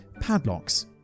padlocks